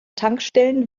tankstellen